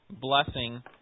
blessing